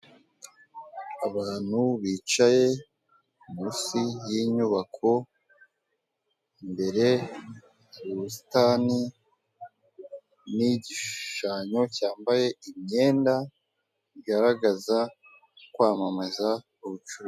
Abantu bicaye munsi y'inyubako, imbere hari ubusitani, n'igishushanyo cyambaye imyenda, igaragaza, kwamamaza ubucuruzi.